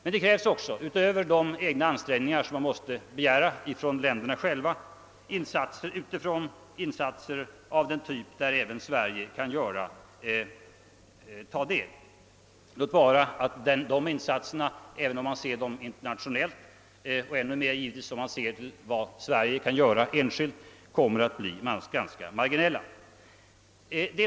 Men utöver de egna ansträngningar som man måste begära av länderna själva krävs det också insatser utifrån av sådan typ där även Sverige kan ta del, låt vara att de insatserna internationellt sett — och ännu mera givetvis om man ser till vad Sverige kan göra enskilt — kommer att bli ganska marginella.